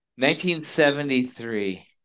1973